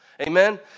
Amen